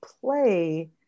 play